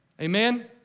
Amen